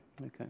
okay